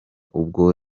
ubwo